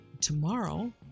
Tomorrow